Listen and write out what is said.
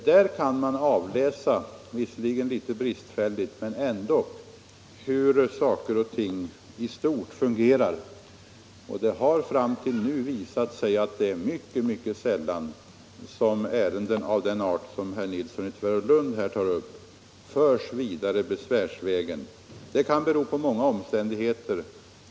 Där kan man - visserligen litet bristfälligt, men ändå — få fram hur saker och ting fungerar i stort. Fram till nu har det visat sig att ärenden av den art som herr Nilsson i Tvärålund här tar upp mycket sällan förs vidare besvärsvägen. Detta 19 Om informationen kan bero på många omständigheter.